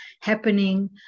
happening